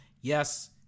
Yes